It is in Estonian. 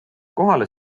kohale